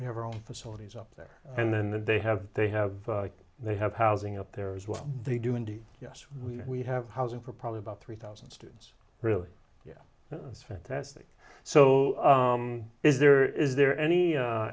we have our own facilities up there and then that they have they have they have housing up there as well they do indeed yes we have housing for probably about three thousand students really yeah that's fantastic so is there is there any